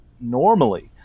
normally